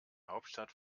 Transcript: hauptstadt